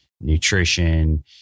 nutrition